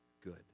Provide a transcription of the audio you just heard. good